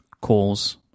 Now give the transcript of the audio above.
calls